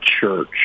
church